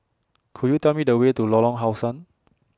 Could YOU Tell Me The Way to Lorong How Sun